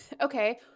Okay